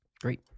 Great